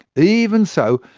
even so,